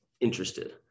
interested